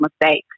mistakes